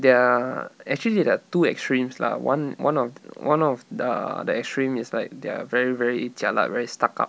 they're actually there are two extremes lah one one of one of the the extreme it's like they're very very jialat very stuck up